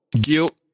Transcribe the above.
guilt